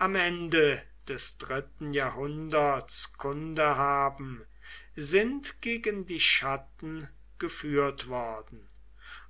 am ende des dritten jahrhunderts kunde haben sind gegen die chatten geführt worden